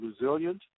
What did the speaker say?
resilient